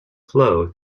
flow